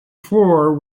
floor